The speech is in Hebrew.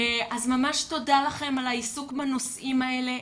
אז ממש תודה לכם על העיסוק בנושאים האלה.